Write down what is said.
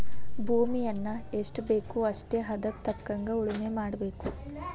ಭೂಮಿಯನ್ನಾ ಎಷ್ಟಬೇಕೋ ಅಷ್ಟೇ ಹದಕ್ಕ ತಕ್ಕಂಗ ಉಳುಮೆ ಮಾಡಬೇಕ